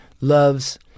loves